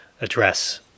address